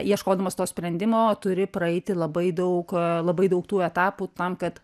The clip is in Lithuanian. ieškodamas to sprendimo turi praeiti labai daug labai daug tų etapų tam kad